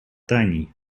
таней